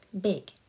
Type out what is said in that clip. big